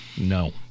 No